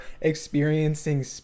experiencing